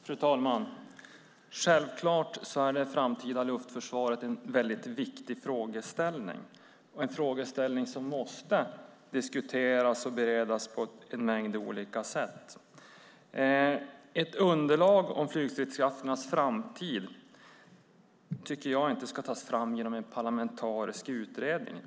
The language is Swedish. Fru talman! Självklart är det framtida luftförsvaret en väldigt viktig frågeställning, en frågeställning som måste diskuteras och beredas på en mängd olika sätt. Ett underlag för flygstridskrafternas framtid tycker jag inte ska tas fram genom en parlamentarisk utredning.